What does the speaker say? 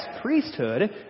priesthood